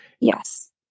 Yes